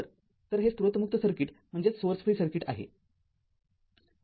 तर हे स्त्रोत मुक्त सर्किट आहे